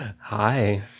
hi